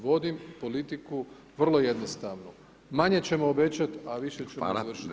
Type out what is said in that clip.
Vodim politiku vrlo jednostavnu, manje ćemo obećati a više ćemo izvršiti.